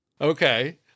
Okay